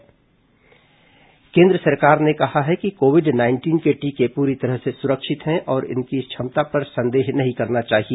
Harshvardhan covid टीका केन्द्र सरकार ने कहा है कि कोविड नाइंटीन के टीके पूरी तरह से सुरक्षित हैं और इसकी क्षमता पर संदेह नहीं करना चाहिए